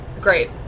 Great